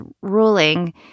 ruling